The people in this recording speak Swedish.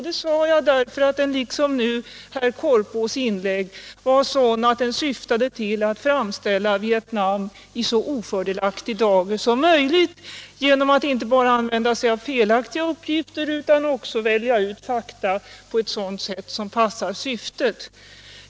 Det gjorde jag därför att den, liksom herr Korpås inlägg, var sådan att den syftade till att framställa Vietnam i så ofördelaktig dager som möjligt. Man använder sig inte bara av fel aktiga uppgifter utan väljer också ut fakta på ett sätt som passar syftet.